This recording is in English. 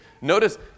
notice